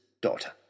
daughter